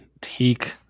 take